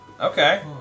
Okay